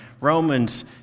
Romans